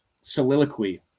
soliloquy